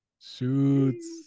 shoots